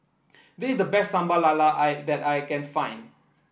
this is the best Sambal Lala I that I can find